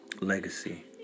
legacy